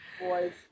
Boys